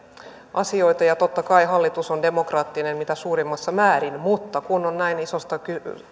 asioita ja totta kai hallitus on demokraattinen mitä suurimmassa määrin mutta kun on näin isosta